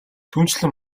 түүнчлэн